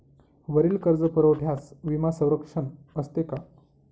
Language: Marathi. वरील कर्जपुरवठ्यास विमा संरक्षण असते का?